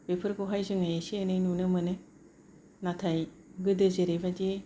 बेफोरखौहाय जोङो एसे एनै नुनो मोनो नाथाय गोदो जेरैबादि